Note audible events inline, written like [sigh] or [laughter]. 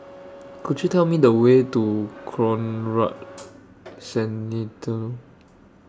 Could YOU Tell Me The Way to Conrad [noise] Centennial